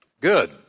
good